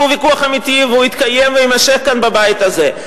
והוא ויכוח אמיתי והוא התקיים ויימשך כאן בבית הזה,